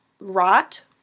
rot